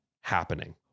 happening